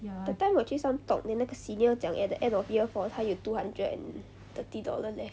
that time 我去 some talk then 那个 senior 讲 at the end of year four 他有 two hundred and thirty dollar leh